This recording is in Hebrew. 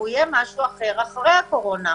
והוא יהיה משהו אחר אחרי הקורונה,